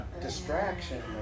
distraction